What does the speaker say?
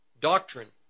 doctrine